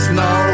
no